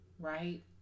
right